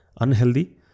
unhealthy